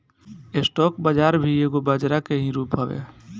stock बाजार भी एगो बजरा के ही रूप हवे